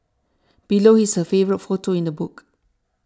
below is her favourite photo in the book